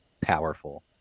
powerful